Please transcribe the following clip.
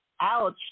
Ouch